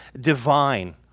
divine